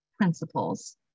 principles